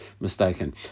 mistaken